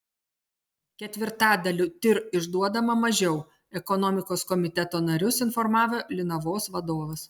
ketvirtadaliu tir išduodama mažiau ekonomikos komiteto narius informavo linavos vadovas